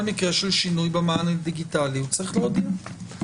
מקרה של שינוי במען הדיגיטלי הוא צריך להודיע.